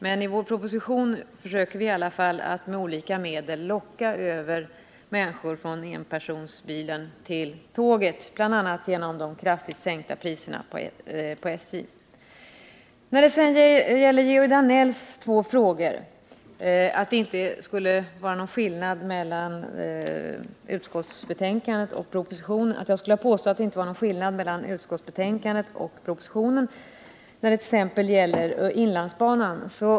Men i vår proposition försöker vi med olika medel, bl.a. genom SJ:s kraftigt sänkta priser, att locka över människor från enpersonsbilen till tåget. Enligt Georg Danell skulle jag ha påstått att det inte var någon skillnad mellan utskottsbetänkandet och propositionen när det gäller inlandsbanan.